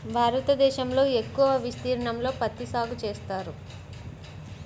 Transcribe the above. భారతదేశంలో ఎక్కువ విస్తీర్ణంలో పత్తి సాగు చేస్తారు